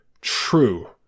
true